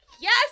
Yes